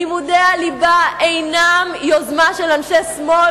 לימודי הליבה אינם יוזמה של אנשי שמאל